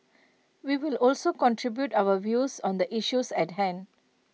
we will also contribute our views on the issues at hand